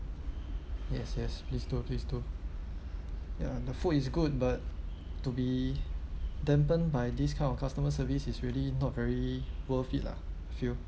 yes yes please do please do ya the food is good but to be dampened by this kind of customer service is really not very worth it lah I feel